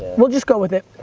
we'll just go with it.